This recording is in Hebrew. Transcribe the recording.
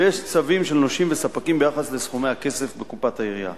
ויש צווים של נושים וספקים ביחס לסכומי הכסף שבקופת העירייה.